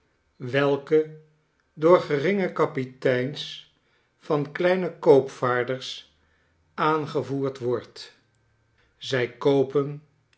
welke door geringe kapiteins van kleine koopvaarders aangevoerd wordt zij koopen